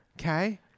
Okay